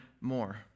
more